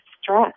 stress